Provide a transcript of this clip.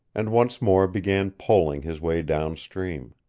and once more began poling his way downstream.